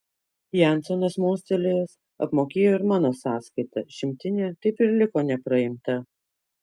jansonas mostelėjęs apmokėjo ir mano sąskaitą šimtinė taip ir liko nepraimta